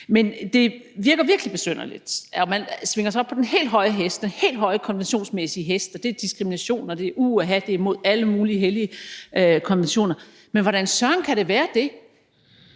Men det virker virkelig besynderligt, at man svinger sig op på den helt høje hest, den helt høje konventionsmæssige hest, og siger, at det er diskrimination, og at det, uha, er imod alle mulige hellige konventioner, for hvordan søren kan det være det,